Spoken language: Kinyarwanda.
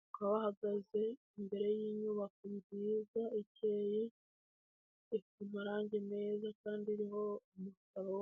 bakaba bahagaze imbere y'inyubako nziza iteye amarangi meza kandi niho umugabo.